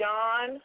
John